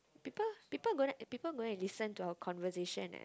people people gonna people gonna listen to our conversation eh